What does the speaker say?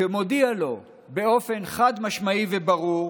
ומודיע לו באופן חד-משמעי וברור